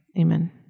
Amen